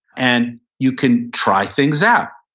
and you can try things out.